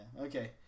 Okay